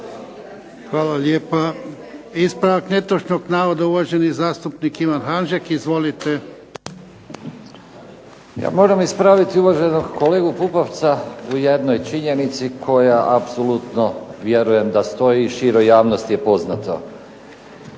Hvala lijepa. Ispravak netočnog navoda, uvaženi zastupnik Ivan Hanžek. Izvolite. **Hanžek, Ivan (SDP)** Ja moram ispraviti uvaženog kolegu Pupovca u jednoj činjenici koja apsolutno vjerujem da stoji i široj javnosti je poznato.